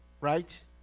right